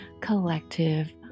collective